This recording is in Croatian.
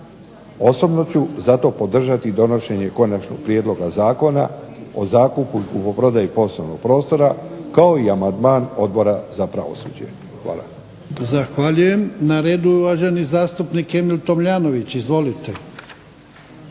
Osobno ću zato podržati donošenje Konačnog prijedloga zakona o zakupu i kupoprodaji poslovnog prostora kao i amandman Odbora za pravosuđe. Hvala.